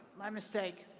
my mistake.